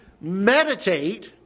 meditate